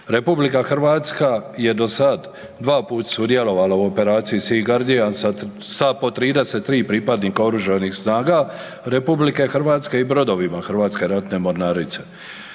RH je do sad dva put sudjelovala u operaciji „Sea Guardian“ sa po 33 pripadnika Oružanih snaga RH i brodovima Hrvatske ratne mornarice.